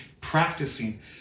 practicing